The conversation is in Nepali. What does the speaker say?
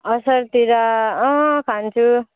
असारतिर खान्छु